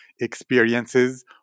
experiences